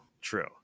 true